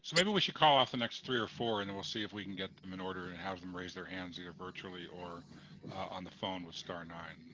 so maybe we should call off the next three or four, and we'll see if we can get them in order and have them raise their hands, either virtually or on the phone with star nine.